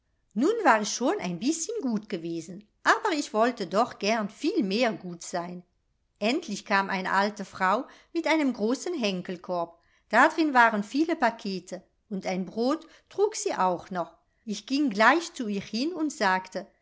nun war ich schon ein bißchen gut gewesen aber ich wollte doch gern viel mehr gut sein endlich kam eine alte frau mit einem großen henkelkorb dadrin waren viele pakete und ein brot trug sie auch noch ich ging gleich zu ihr hin und sagte